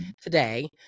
today